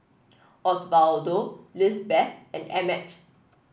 Osvaldo Lizbeth and Emmett